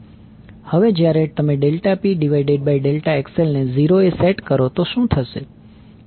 હવે જ્યારે તમે ∆P ∆ XL ને 0 એ સેટ કરો તો શું થશે